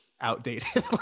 outdated